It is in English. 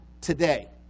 today